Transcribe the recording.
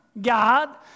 God